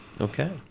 Okay